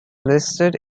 listed